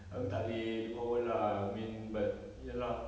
aku tak boleh look forward lah I mean but ya lah